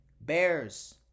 Bears